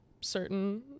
certain